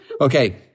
Okay